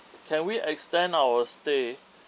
can we extend our stay